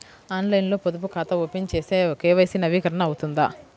ఆన్లైన్లో పొదుపు ఖాతా ఓపెన్ చేస్తే కే.వై.సి నవీకరణ అవుతుందా?